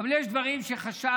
אבל יש דברים שחשבנו,